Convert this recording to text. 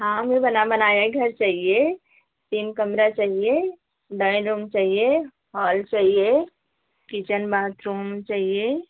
हाँ हमें बना बनाया ही घर चाहिए तीन कमरा चाहिए डराइंग रूम चाहिए हॉल चाहिए किचन बाथरूम चाहिए